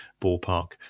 ballpark